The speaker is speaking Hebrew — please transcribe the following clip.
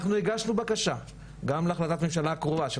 אנחנו הגשנו בקשה גם להחלטת הממשלה הקרובה של